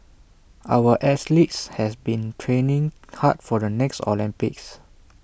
our athletes have been training hard for the next Olympics